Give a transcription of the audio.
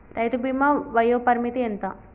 రైతు బీమా వయోపరిమితి ఎంత?